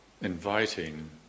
inviting